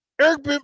Eric